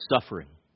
suffering